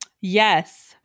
Yes